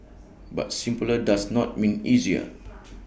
but simpler does not mean easier